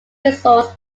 resorts